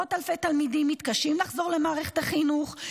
עשרות אלפי תלמידים מתקשים לחזור למערכת החינוך,